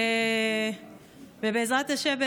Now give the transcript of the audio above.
ובעזרת השם,